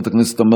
סגן.